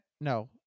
no